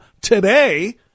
today